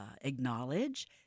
acknowledge